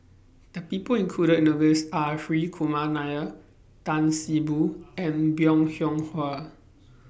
The People included in The list Are Hri Kumar Nair Tan See Boo and Bong Hiong Hwa